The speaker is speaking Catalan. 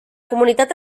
comunitat